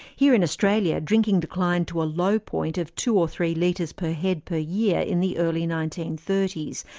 here in australia drinking declined to a low point of two or three litres per head per year in the early nineteen thirty s,